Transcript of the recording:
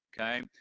okay